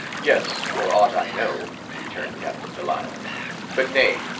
yes, for aught i know, returned captain delano but nay,